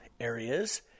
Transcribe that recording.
areas